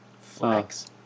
Flex